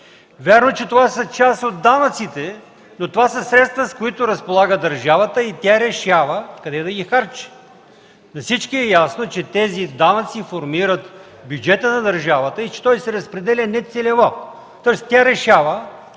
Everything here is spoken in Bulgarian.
Вярно е, че това са част от данъците, но това са средства, с които разполага държавата и тя решава къде да ги харчи. На всички е ясно, че тези данъци формират бюджета на държавата и че той се разпределя не целево. Тоест тя решава,